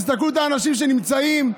תסתכלו על האנשים שנמצאים,